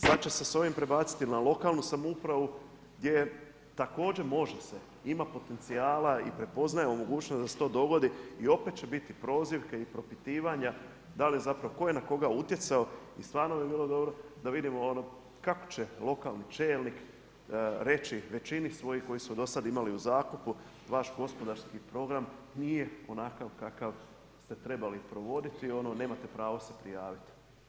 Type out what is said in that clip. Sad će se s ovim prebaciti na lokalnu samoupravu gdje također može se, ima potencijala i prepoznajemo mogućnost da se to dogodi i opet će biti prozivke i propitivanja tko je na koga utjecao i stvarno bi bilo dobro da vidimo kako će lokalni čelnik reći većini svojih koji su dosad imali u zakupu, vaš gospodarski program nije onakav kakav ste trebali provoditi, nemate pravo se prijaviti.